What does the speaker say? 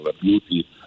beauty